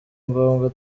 ngombwa